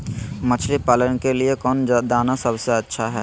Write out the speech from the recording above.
मछली पालन के लिए कौन दाना सबसे अच्छा है?